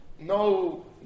no